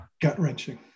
gut-wrenching